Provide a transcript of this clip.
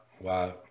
Wow